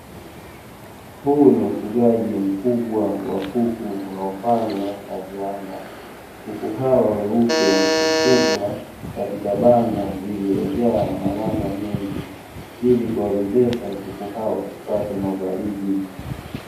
Huu ni ufugaji mkubwa wa kuku unaofanywa na viwanda. Kuku hawa weupe hufugwa katika banda lililojaa malanda mengi ili kuwawezesha kuku hawa wasipatwe na ubaridi.